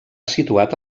situat